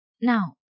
now